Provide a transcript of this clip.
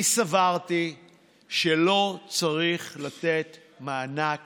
אני סברתי שלא צריך לתת מענק